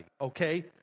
okay